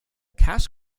cash